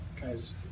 Guys